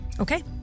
Okay